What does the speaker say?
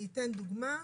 אני אתן דוגמה,